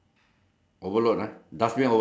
okay okay